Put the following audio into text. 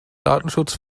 datenschutz